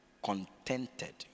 Contented